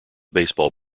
baseball